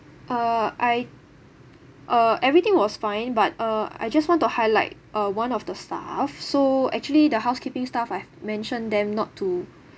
uh I uh everything was fine but uh I just want to highlight uh one of the staff so actually the housekeeping staff I've mentioned them not to